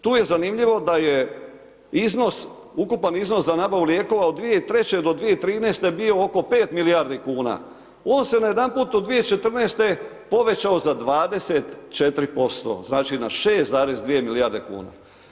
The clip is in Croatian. Tu je zanimljivo da je iznos, ukupan iznos za nabavu lijekova od 2003. do 2013. bio oko 5 milijardi kuna, on se najedanput od 2014. povećao za 24% znači na 6,2 milijarde kuna.